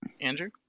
Andrew